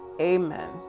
Amen